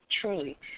truly